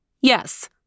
Yes